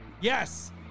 Yes